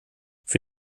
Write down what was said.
für